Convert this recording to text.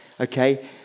Okay